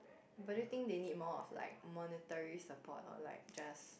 but do you think they need more of like monetary support or like just